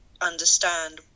understand